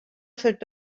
filled